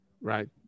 Right